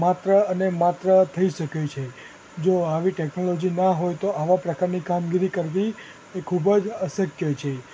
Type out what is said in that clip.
માત્ર અને માત્ર થઈ શકે છે જો આવી ટૅકનોલોજી ના હોય તો આવા પ્રકારની કામગીરી કરવી એ ખૂબ જ અશક્ય છે